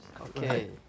Okay